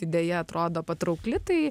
idėja atrodo patraukli tai